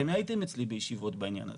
אתם הייתם אצלי בישיבות בעניין הזה.